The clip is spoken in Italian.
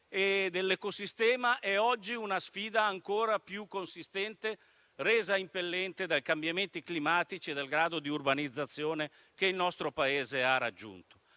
e dell'ecosistema, è oggi una sfida ancora più consistente, resa impellente dai cambiamenti climatici e dal grado di urbanizzazione che il nostro Paese ha raggiunto.